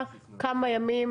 כמה ימים,